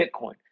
Bitcoin